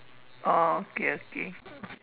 oh okay okay